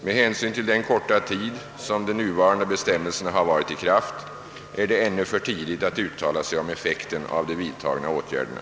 Med hänsyn till den korta tid som de nuvarande bestämmelserna har varit i kraft är det ännu för tidigt att uttala sig om effekten av de vidtagna åtgärderna.